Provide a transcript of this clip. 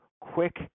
quick